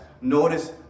Notice